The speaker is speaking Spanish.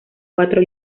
cuatro